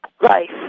life